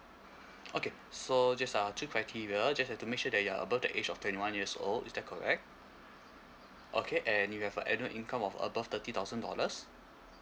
okay so just uh two criteria just have to make sure that you are above the age of twenty one years old is that correct okay and you have a annual income of above thirty thousand dollars